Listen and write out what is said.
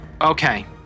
Okay